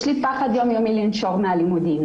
יש לי פחד יומיומי לנשור מהלימודים.